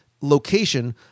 location